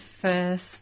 first